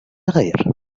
غير